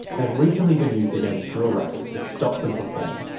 they've recently been used against drill rappers to stop them performing.